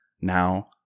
now